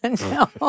No